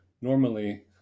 normally